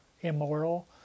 immoral